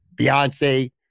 beyonce